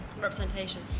Representation